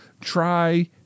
try